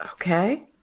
Okay